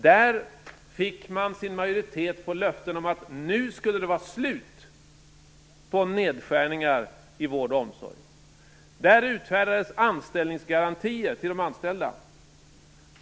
Där fick man majoritet på löften om att det nu skulle vara slut på nedskärningar i vård och omsorg. Där utfärdades anställningsgarantier till de anställda.